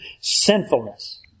sinfulness